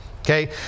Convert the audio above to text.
okay